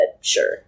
sure